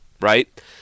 right